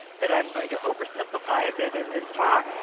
but i'm going to oversimplify a bit in this talk